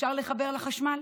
אפשר לחבר לחשמל?